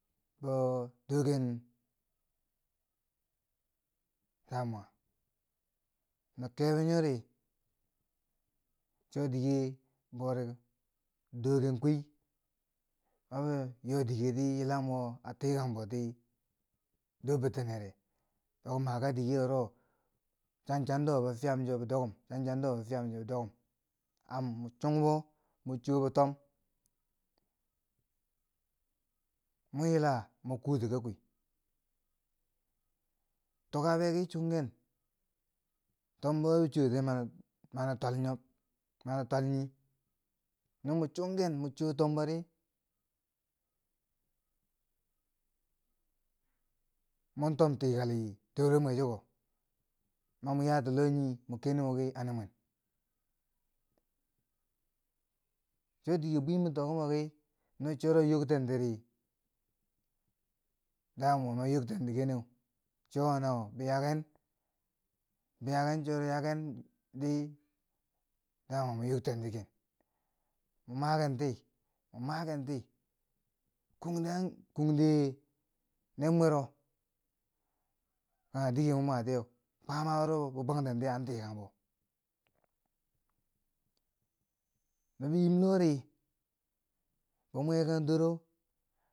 bon dooken damwa no kebo nyori, cho dike boori doken kosi ma mo yodike ti, yilam wo a tikang boti dor bitinere, boki ma ka dike woro chan chando wo bo fiyam che bi chondokum chan chando wo bom fiyam che bon dookum, am mon chungbo, mon chobo tom, mon yila mo kuuti ka kwii, tukabe ki chungken tombo bi chuwo tiye nani twalnob, mani twal nii no mo chungken mo chuwo tombori mon tom tikali, tibemwe chio ma mwa yaa tii loh nii mo keni moki a nimwen cho dike bwii mi tok miki na choro yokten tiri, damwa ma yoktenti keneu, cho wo na wo, bi yaaken bi yaaken, choro yaakendi damwa mwe yog ten ti geneu, chowo na wo mo yaken bi yaken, choro yaken di damwa bwe yog ten ti gen mo makenti mo makenti kungde an kunde ner mwero kanghe dike mo matiyeu kwaamo wuro bi bwangten teyeu an tikang bo no yiim lor ri, bi mwenkang doro.